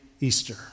Easter